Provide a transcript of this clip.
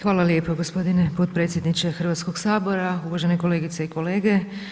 Hvala lijepo gospodine potpredsjedniče Hrvatskog sabora, uvažene kolegice i kolege.